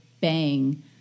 bang